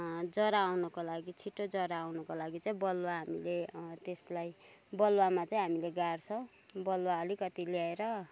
जरा आउनुको लागि छिटो जरा आउनुको लागि चाहिँ बलुवा हामीले त्यसलाई बलुवामा चाहिँ हामीले गाड्छौँ बलुवा अलिकति ल्याएर